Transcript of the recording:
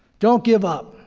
don't give up.